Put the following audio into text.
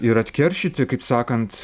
ir atkeršyti kaip sakant